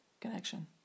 connection